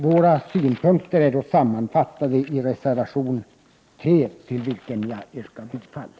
Våra synpunkter är sammanfattade i reservation 3, till vilken jag yrkar bifall.